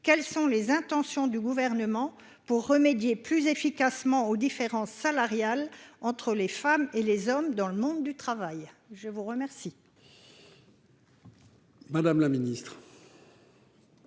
quelles sont les intentions du Gouvernement pour remédier plus efficacement aux différences salariales entre les femmes et les hommes dans le monde du travail ? La parole